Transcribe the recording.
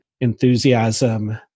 enthusiasm